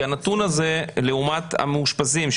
כי הנתון הזה לעומת המאושפזים,